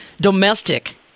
domestic